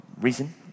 reason